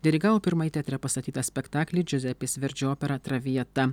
dirigavo pirmąjį teatre pastatytą spektaklį džiuzepės verdžio operą traviata